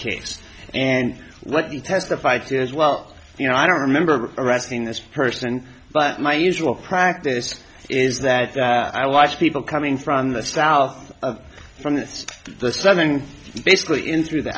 case and let you testified as well you know i don't remember arresting this person but my usual practice is that i watch people coming from the south from it's something basically in through the